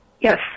Yes